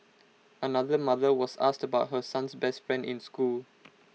another mother was asked about her son's best friend in school